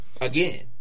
Again